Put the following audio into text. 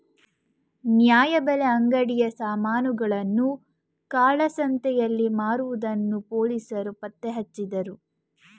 ನ್ಯಾಯಬೆಲೆ ಅಂಗಡಿಯ ಸಾಮಾನುಗಳನ್ನು ಕಾಳಸಂತೆಯಲ್ಲಿ ಮಾರುವುದನ್ನು ಪೊಲೀಸರು ಪತ್ತೆಹಚ್ಚಿದರು